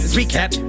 recap